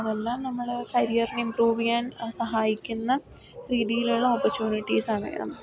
അത് എല്ലാം നമ്മളെ കരിയറിന് ഇമ്പ്രൂവ് ചെയ്യാൻ സഹായിക്കുന്ന രീതിയിലുള്ള ഓപ്പർച്യുണിറ്റിസ് ആണ്